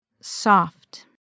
Soft